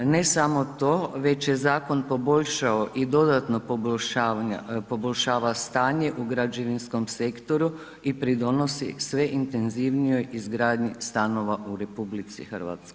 Ne samo to, već je zakon poboljšao i dodatno poboljšava stanje u građevinskom sektoru i pridonosi sve intenzivnijoj izgradnji stanova u RH.